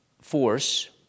force